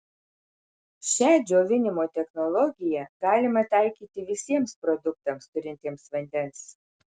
šią džiovinimo technologiją galima taikyti visiems produktams turintiems vandens